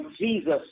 Jesus